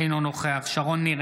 אינו נוכח שרון ניר,